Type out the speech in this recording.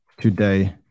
today